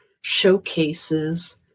showcases